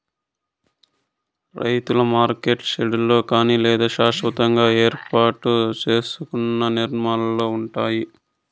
రైతుల మార్కెట్లు షెడ్లలో కానీ లేదా శాస్వతంగా ఏర్పాటు సేసుకున్న నిర్మాణాలలో ఉంటాయి